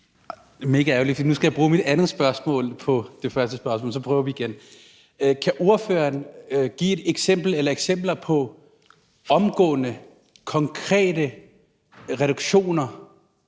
megaærgerligt, for nu skal jeg bruge mit andet spørgsmål på det første spørgsmål. Så prøver vi igen. Kan ordføreren give et eksempel eller eksempler på konkrete omgående reduktioner